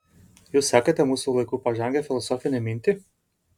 jūs sekate mūsų laikų pažangią filosofinę mintį